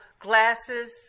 Glasses